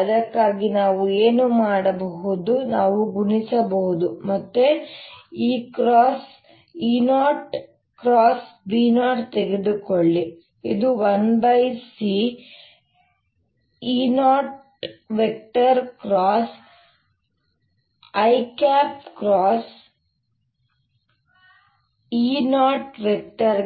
ಅದಕ್ಕಾಗಿ ನಾವು ಏನು ಮಾಡಬಹುದು ನಾವು ಗುಣಿಸಬಹುದು ಮತ್ತೆ E0 B0 ತೆಗೆದುಕೊಳ್ಳಿ ಇದು 1C E0